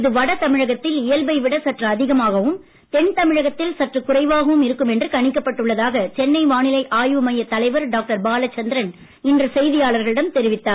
இது வடதமிழகத்தில் இயல்பைவிட சற்று அதிகமாகவும் தென் தமிழகத்தில் சற்று குறைவாகவும் இருக்கும் என்று கணிக்கப் பட்டுள்ளதாக சென்னை வானிலை ஆய்வு மைய தலைவர் டாக்டர் பாலச்சந்திரன் இன்று செய்தியாளர்களிடம் தெரிவித்தார்